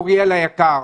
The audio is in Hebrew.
אוריאל היקר,